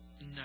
No